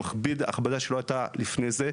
הוא מכביד, הכבדה שלא הייתה לפני זה.